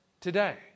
today